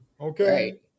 Okay